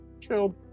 chilled